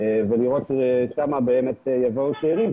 באמצע הפסיקו את התמיכות.